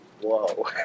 Whoa